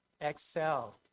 excel